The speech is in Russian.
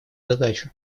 задачу